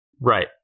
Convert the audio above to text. Right